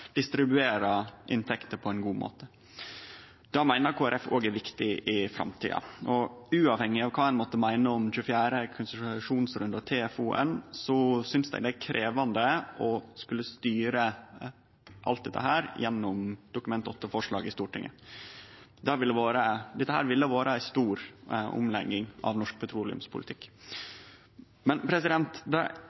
distribuerer inntekter på ein god måte. Det meiner Kristeleg Folkeparti òg er viktig i framtida, og uavhengig av kva ein måtte meine om 24. konsesjonsrunde og TFO-en, synest eg det er krevjande å skulle styre alt dette gjennom Dokument 8-forslag i Stortinget. Dette ville ha vore ei stor omlegging av norsk petroleumspolitikk. Men det